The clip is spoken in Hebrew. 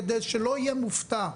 כדי שלא יהיה מופתע,